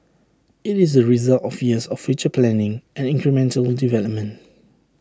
IT is the result of years of future planning and incremental development